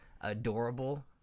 adorable